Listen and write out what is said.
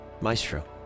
Maestro